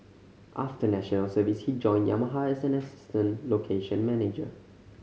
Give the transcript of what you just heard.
after National Service he joined Yamaha as an assistant location manager